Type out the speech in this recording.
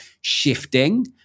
shifting